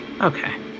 Okay